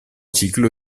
ciclo